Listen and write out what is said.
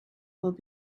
will